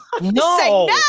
No